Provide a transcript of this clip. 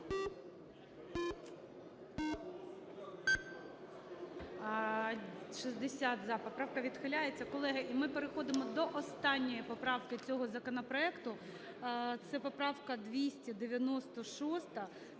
За-60 Поправка відхиляється. Колеги, і ми переходимо до останньої поправки цього законопроекту, це поправка 296